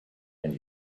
and